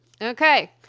Okay